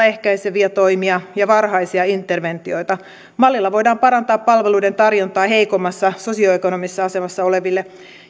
ehkäiseviä toimia ja varhaisia interventioita mallilla voidaan parantaa palveluiden tarjontaa heikommassa sosioekonomisessa asemassa oleville